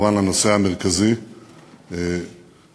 כמובן לנושא המרכזי שהעליתם,